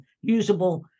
usable